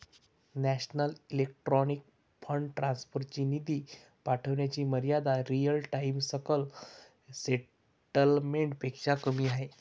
national electronic fund transfer ची निधी पाठविण्याची मर्यादा रिअल टाइम सकल सेटलमेंट पेक्षा कमी आहे